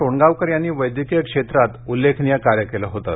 टोणगावकर यांनी वैद्यकिय क्षेत्रात उल्लेखनीय कार्य केलं होतं